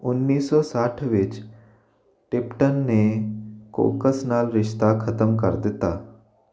ਉੱਨੀ ਸੌ ਸੱਠ ਵਿੱਚ ਟਿਪਟਨ ਨੇ ਕੋਰਕ ਨਾਲ ਰਿਸ਼ਤਾ ਖ਼ਤਮ ਕਰ ਦਿੱਤਾ